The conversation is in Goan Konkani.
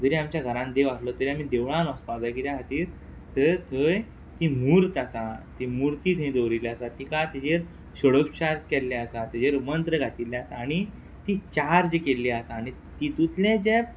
जरी आमच्या घरान देव आसलो तरी आमी देवळान वचपा जाय किऱ्या खातीर तर थंय ती म्हूर्त आसा ती मुर्ती थंय दवरिल्ली आसा तिका ताजेर शोडोपशाज केल्ले आसा ताजेर मंत्र घातिल्लें आसा आनी ती चार्ज केल्ली आसा आनी तितुतलें जें